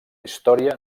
història